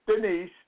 Denise